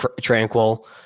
Tranquil